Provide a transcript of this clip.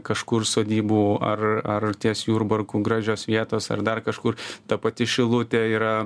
kažkur sodybų ar ar ties jurbarku gražios vietos ar dar kažkur ta pati šilutė yra